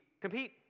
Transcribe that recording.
Compete